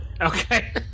Okay